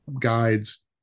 guides